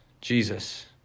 Jesus